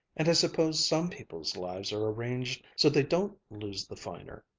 and i suppose some people's lives are arranged so they don't lose the finer.